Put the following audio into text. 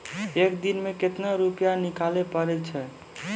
एक दिन मे केतना रुपैया निकाले पारै छी?